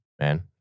man